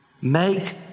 Make